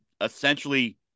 essentially